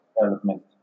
development